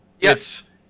Yes